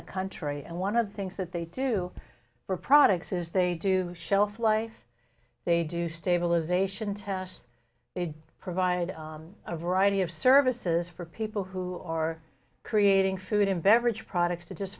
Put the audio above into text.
the country and one of the things that they do for products is they do shelf life they do stabilisation tests they provide a variety of services for people who are creating food and beverage products to just